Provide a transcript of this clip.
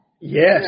Yes